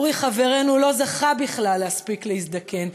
אורי חברנו לא זכה בכלל להספיק להזדקן.